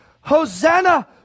Hosanna